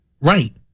Right